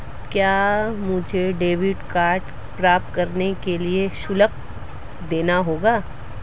क्या मुझे debit card प्राप्त करने के लिए शुल्क देना होगा?